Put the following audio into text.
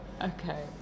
Okay